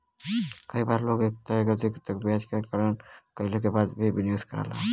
कई बार लोग एक तय अवधि तक ब्याज क गणना कइले के बाद ही निवेश करलन